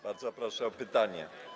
Bardzo proszę o pytanie.